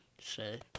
say